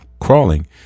crawling